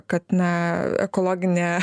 kad na ekologinė